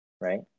right